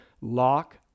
lock